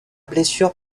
blessure